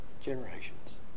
generations